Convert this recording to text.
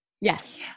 Yes